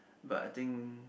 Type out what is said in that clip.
but I think